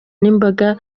n’imboga